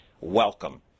Welcome